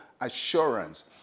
assurance